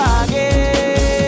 again